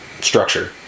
structure